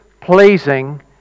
pleasing